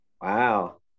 Wow